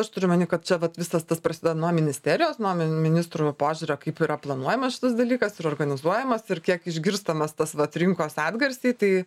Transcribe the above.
aš turiu omeny kad čia vat visas tas prasideda nuo ministerijos nuo min ministrų požiūrio kaip yra planuojamas šitas dalykas ir organizuojamas ir kiek išgirstamas tas vat rinkos atgarsiai tai